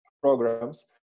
programs